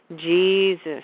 Jesus